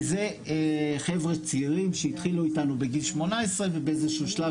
כי זה חבר'ה צעירים שהתחילו איתנו בגיל 18 ובאיזה שהוא שלב,